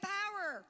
power